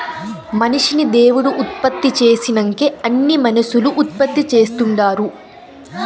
మనిషిని దేవుడు ఉత్పత్తి చేసినంకే అన్నీ మనుసులు ఉత్పత్తి చేస్తుండారు